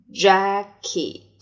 jacket